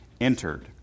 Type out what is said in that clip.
entered